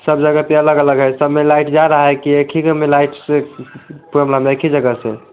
सब जगह पर अलग अलग है सब में लाइट जा रही है कि एक ही घर में लाइट से प्रॉब्लम है एक ही जगह से